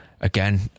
again